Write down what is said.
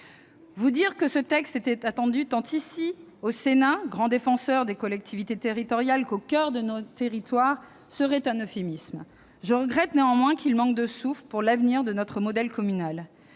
Vous dire que ce texte était attendu, tant ici au Sénat, grand défenseur des collectivités territoriales, qu'au coeur de nos territoires, serait un euphémisme. Je regrette néanmoins qu'il manque de souffle pour l'avenir de notre modèle communal.